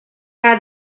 had